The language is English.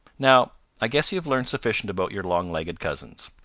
now i guess you have learned sufficient about your long-legged cousins.